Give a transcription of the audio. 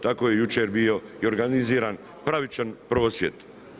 Tako je jučer bio i organiziran, pravičan prosvjed.